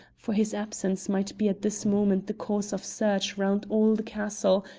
for his absence might be at this moment the cause of search round all the castle,